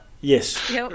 Yes